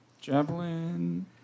Javelin